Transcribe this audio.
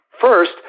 First